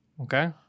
Okay